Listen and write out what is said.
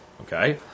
Okay